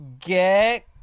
Get